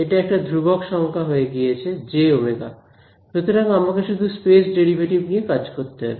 এটা একটা ধ্রুবক সংখ্যা হয়ে গিয়েছে j ওমেগা আমাকে শুধু স্পেস ডেরিভেটিভ নিয়ে কাজ করতে হবে